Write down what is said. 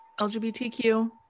lgbtq